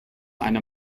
eine